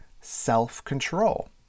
self-control